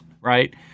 right